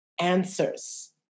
answers